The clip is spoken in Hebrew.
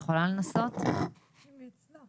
ואולטרסאונד ונדרשתי לנסוע לירושלים שלוש פעמים או